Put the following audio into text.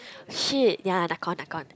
shit ya Nakhon Nakhon